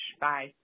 Bye